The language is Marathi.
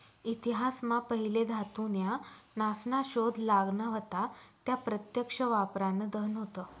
इतिहास मा पहिले धातू न्या नासना शोध लागना व्हता त्या प्रत्यक्ष वापरान धन होत